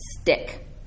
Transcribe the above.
stick